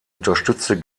unterstützte